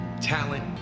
talent